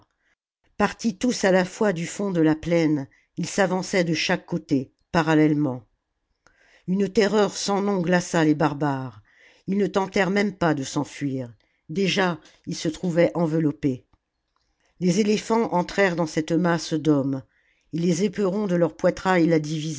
partis tous à fois du fond de la plaine ils s'avançaient de chaque côté parallèlement une terreur sans nom glaça les barbares ils ne tentèrent même pas de s'enfuir déjà ils se trouvaient enveloppés les éléphants entrèrent dans cette masse d'hommes et les éperons de leur poitrail la